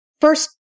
first